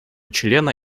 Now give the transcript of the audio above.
члена